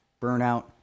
burnout